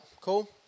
Cool